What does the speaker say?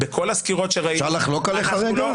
בכל הסקירות שראינו -- אפשר לחלוק עליך רגע?